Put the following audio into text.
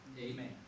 Amen